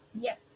Yes